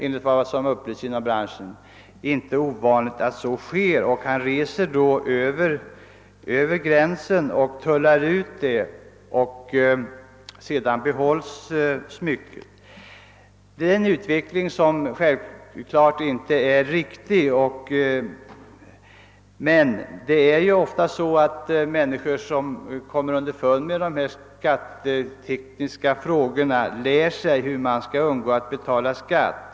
Enligt vad som upplysts inom branschen är det inte ovanligt att kunderna går till väga på detta sätt. Kunden kan sedan resa över gränsen, klarera ut varan och sedan behålla smycket. Denna utveckling är naturligtvis inte riktig, men människor som kommer underfund med de skattetekniska problemen lär sig ju ofta hur man skall undgå att betala skatt.